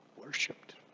worshipped